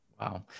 wow